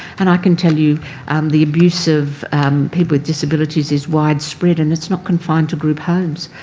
and i can tell you um the abuse of people with disabilities is widespread and it's not confined to group homes.